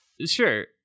sure